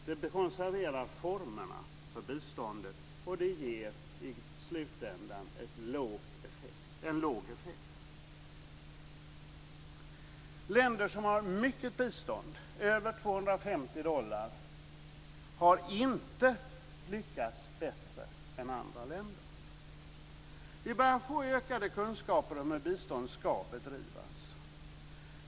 Det konserverar formerna för biståndet, och det ger i slutändan en låg effekt. Länder som har mycket bistånd - över 250 dollar - har inte lyckats bättre än andra länder. Vi börjar få ökade kunskaper om hur bistånd ska bedrivas.